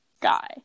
guy